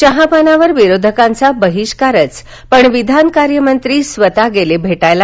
चहापानावर विरोधकांचा बहिष्कारच पण विधानकार्यमंत्री स्वतः गेले भेटायला